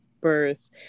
birth